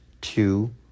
two